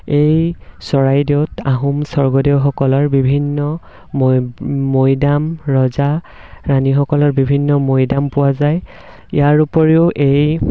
এই চৰাইদেউত আহোম স্বৰ্গদেউসকলৰ বিভিন্ন মৈদাম ৰজা ৰাণীসকলৰ বিভিন্ন মৈদাম পোৱা যায় ইয়াৰ উপৰিও এই